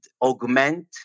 augment